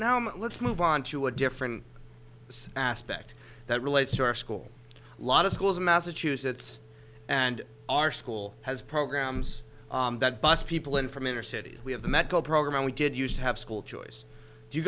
now let's move on to a different aspect that relates to our school lot of schools in massachusetts and our school has programs that bus people in from inner cities we have the met go program we did used to have school choice do you